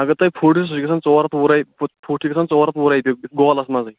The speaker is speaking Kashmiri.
اَگر تۅہہِ فُٹ سُہ چھُ گژھان ژور ہَتھ وُہ رۅپیہِ فُٹ چھِ گژھان ژور ہَتھ وُہ رۅپیہِ گولَس منٛزٕے